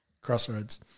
Crossroads